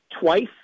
twice